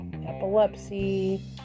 Epilepsy